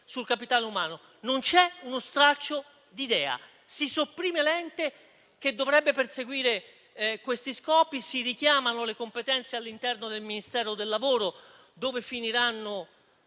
sul capitale umano. Non c'è uno straccio di idea. Si sopprime l'ente che dovrebbe perseguire questi scopi, si richiamano le competenze all'interno del Ministero del lavoro, dove questi